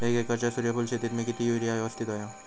एक एकरच्या सूर्यफुल शेतीत मी किती युरिया यवस्तित व्हयो?